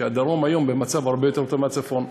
והדרום היום במצב הרבה יותר טוב מהצפון.